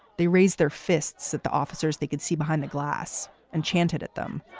they raise their fists at the officers they could see behind the glass and chanted at them.